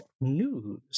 news